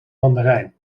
mandarijn